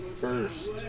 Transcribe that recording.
first